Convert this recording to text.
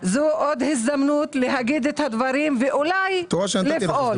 זו עוד הזדמנות להגיד את הדברים ואולי לפעול.